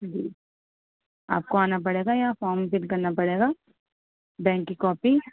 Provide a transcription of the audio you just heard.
جی آپ کو آنا پڑے گا یا فارم فل کرنا پڑے گا بینک کی کاپی